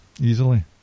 easily